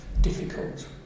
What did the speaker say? difficult